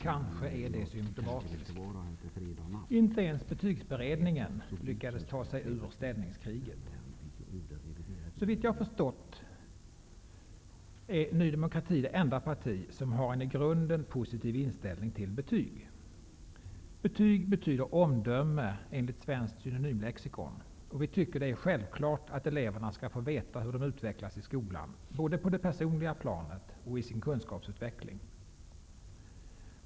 Kanske är det symtomatiskt. Inte ens Betygsberedningen lyckades ta sig ur ställningskriget. Såvitt jag har förstått är Ny demokrati det enda parti som har en i grunden positiv inställning till betyg. Betyg betyder omdöme, enligt Svenskt synonymlexikon, och vi tycker att det är självklart att eleverna skall få veta hur de utvecklas i skolan, både på det personliga planet och när det gäller kunskaper.